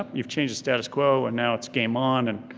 you've changed the status quo and now it's game on, and